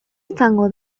izango